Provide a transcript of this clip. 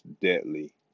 deadly